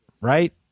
right